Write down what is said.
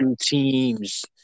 teams